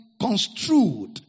construed